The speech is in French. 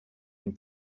une